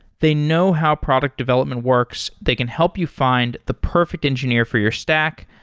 they know how product development works. they can help you find the perfect engineer for your stack,